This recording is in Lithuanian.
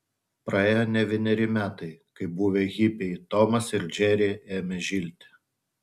praėjo ne vieneri metai kai buvę hipiai tomas ir džeri ėmė žilti